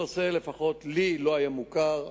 הנושא, לפחות לי לא היה מוכר.